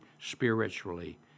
spiritually